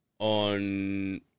on